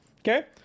okay